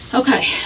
Okay